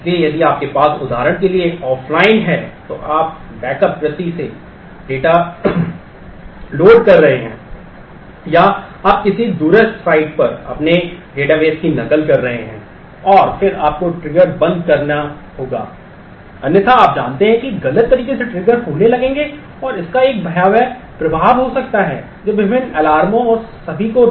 इसलिए यदि आपके पास उदाहरण के लिए ऑफ़लाइन है तो आप बैकअप प्रति से डेटा लोड कर रहे हैं या आप किसी दूरस्थ साइट पर अपने डेटाबेस की नकल कर रहे हैं और फिर आपको ट्रिगर निष्पादित करें और उन सभी को